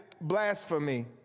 blasphemy